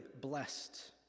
blessed